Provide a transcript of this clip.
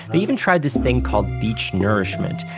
they even tried this thing called beach nourishment.